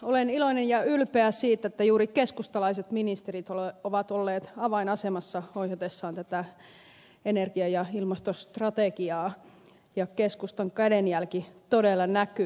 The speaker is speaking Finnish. olen iloinen ja ylpeä siitä että juuri keskustalaiset ministerit ovat olleet avainasemassa ohjatessaan tätä energia ja ilmastostrategiaa ja keskustan kädenjälki todella näkyy